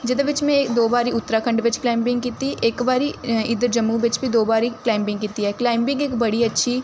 जेह्दे बिच्च में दो बारी उत्तराखण्ड बिच्च क्लाइंबिंग कीती इक बारी इद्धर जम्मू बिच्च बी दो बारी क्लाइंबिंग कीती ऐ क्लाइंबिंग इक बड़ी अच्छी